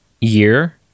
year